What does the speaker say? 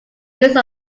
use